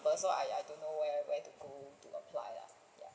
number so I I don't know where where to go to apply lah ya